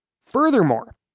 Furthermore